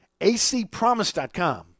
ACpromise.com